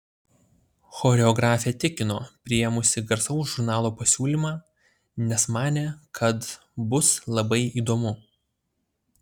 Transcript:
choreografė tikino priėmusi garsaus žurnalo pasiūlymą nes manė kad bus labai įdomu